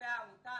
מכספי העמותה,